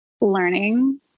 learning